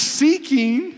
seeking